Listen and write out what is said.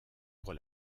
pour